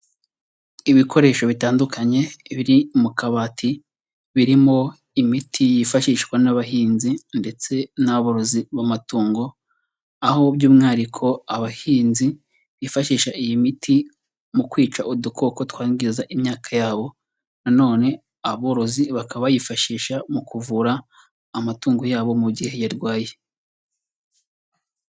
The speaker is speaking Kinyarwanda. Ibikoresho bitandukanye biri mu kabati birimo imiti yifashishwa n'abahinzi ndetse n'aborozi b'amatungo, aho by'umwihariko abahinzi bifashisha iyi miti mu kwica udukoko twangiza imyaka yabo nanone aborozi bakaba bayifashisha mu kuvura amatungo yabo mu gihe yarwaye.